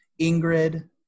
Ingrid